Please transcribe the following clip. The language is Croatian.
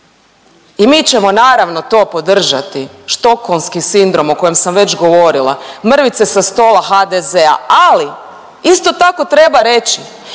i mi ćemo naravno to podržati, štokholmski sindrom o kojem sam već govorila, mrvice sa stola HDZ-a. Ali isto tako treba reći